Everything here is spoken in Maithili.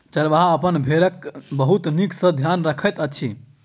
चरवाहा अपन भेड़क बहुत नीक सॅ ध्यान रखैत अछि